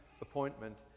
appointment